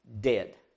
dead